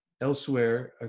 elsewhere